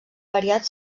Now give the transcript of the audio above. variat